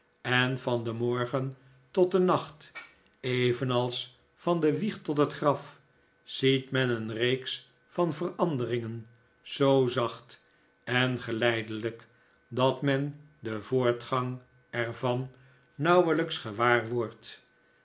en van den morgen tot den nacht evenals van de wieg tot aan het graf ziet men een reeks van veranderingen zoo zacht en geleidelijk dat men den voortgang er van nauwelijks